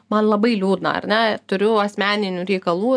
man labai liūdna ar ne turiu asmeninių reikalų